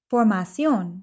Formación